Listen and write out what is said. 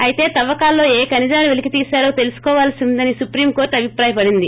అయితే తవ్వకాల్లో ఏ ఖనిజాలు పెలికితీశారో తెలుసుకోవాల్సి ఉందని సుప్రీం కోర్టు అభిప్రాయపడింది